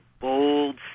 bold